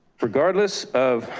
regardless of